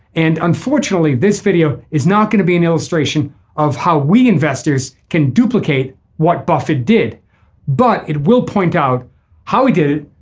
and unfortunately this video is not going to be an illustration of how we investors can duplicate what buffett did but it will point out how he did.